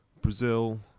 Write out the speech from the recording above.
Brazil